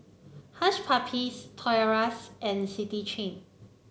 Hush Puppies Toys R Us and City Chain